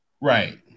Right